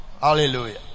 Hallelujah